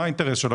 מה האינטרס שלו?